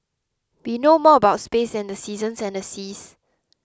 we know more about space than the seasons and the seas